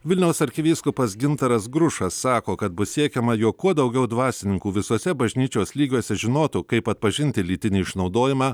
vilniaus arkivyskupas gintaras grušas sako kad bus siekiama jog kuo daugiau dvasininkų visose bažnyčios lygiuose žinotų kaip atpažinti lytinį išnaudojimą